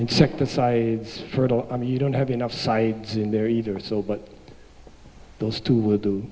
insecticides fertile i mean you don't have enough psi in there either so but those two